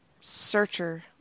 searcher